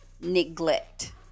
neglect